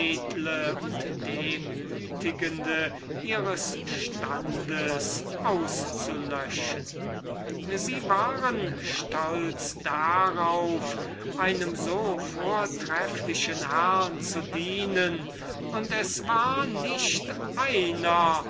und demütigende ihres standes auszulöschen sie waren stolz darauf einem so vortrefflichen herrn zu dienen und es war nicht einer